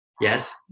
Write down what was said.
Yes